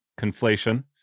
conflation